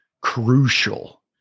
crucial